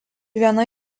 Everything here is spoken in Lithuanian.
viena